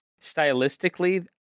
stylistically